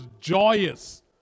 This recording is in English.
joyous